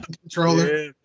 controller